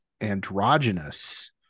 androgynous